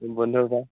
বন্ধ বাৰ